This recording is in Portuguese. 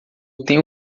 tenho